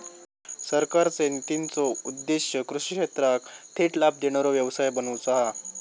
सरकारचे नितींचो उद्देश्य कृषि क्षेत्राक थेट लाभ देणारो व्यवसाय बनवुचा हा